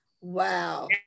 wow